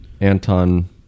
Anton